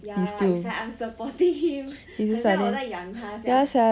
ya it's like I'm supporting him 很像我在养他这样